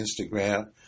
Instagram